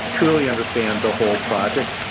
truly understand the whole project.